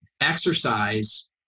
exercise